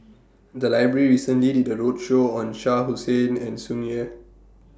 The Library recently did A roadshow on Shah Hussain and Tsung Yeh